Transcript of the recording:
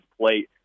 plate